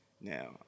Now